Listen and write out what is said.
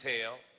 tell